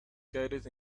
coded